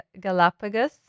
Galapagos